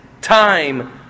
time